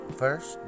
first